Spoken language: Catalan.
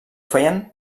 feien